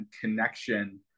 connection